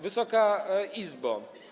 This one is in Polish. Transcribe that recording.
Wysoka Izbo!